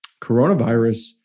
coronavirus